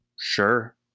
Sure